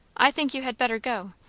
i think you had better go.